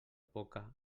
poca